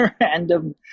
random